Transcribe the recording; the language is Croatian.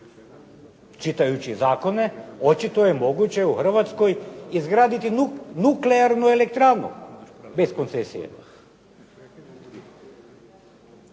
čitajući zakone očito je moguće u Hrvatskoj izgraditi nuklearnu elektranu bez koncesije.